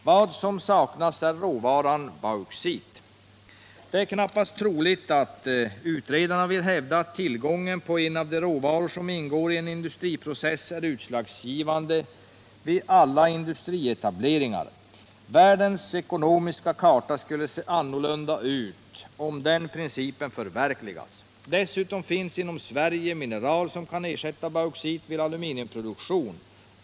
Vad som saknas är råvaran bauxit. Det är knappast troligt att utredarna vill hävda att tillgången på en av de råvaror som ingår i en industriprocess är utslagsgivande vid alla industrietableringar. Världens ekonomiska karta skulle se annorlunda ut om den principen förverkligades. Dessutom finns inom Sverige mineral som kan ersätta bauxit vid aluminiumproduktion.